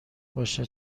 باشد